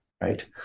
right